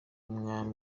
mwami